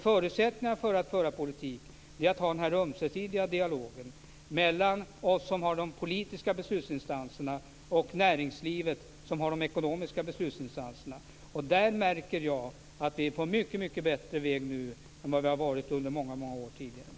Förutsättningen för att föra politik är att ha en ömsesidig dialog mellan oss som har de politiska beslutsinstanserna och näringslivet som har de ekonomiska beslutsinstanserna. Där märker jag att vi nu är på mycket bättre väg än vad vi har varit under många år tidigare.